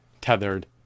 tethered